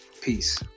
Peace